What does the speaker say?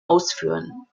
ausführen